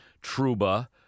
Truba